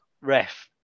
ref